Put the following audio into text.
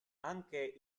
anche